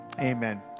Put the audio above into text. amen